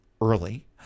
early